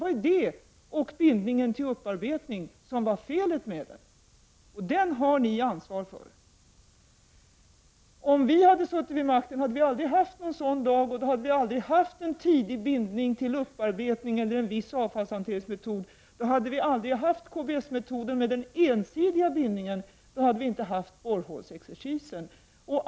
Det var detta och bindningen till upparbetning som var felet med denna lag, och det har ni ansvar för. Om vi socialdemokrater hade suttit vid makten hade det aldrig blivit en sådan lag och då hade vi inte haft en tidig bindning till upparbetning eller en viss avfallshanteringsmetod. Då hade vi aldrig haft vare sig KBS-metoden med den ensidiga bindningen eller borrhållsexercisen.